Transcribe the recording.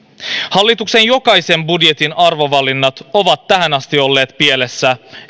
hallituksen jokaisen budjetin arvovalinnat ovat tähän asti olleet pielessä